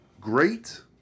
great